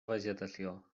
vegetació